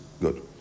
Good